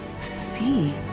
see